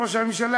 ראש הממשלה.